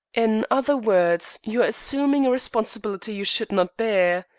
in other words, you are assuming a responsibility you should not bear.